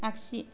आग्सि